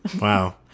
Wow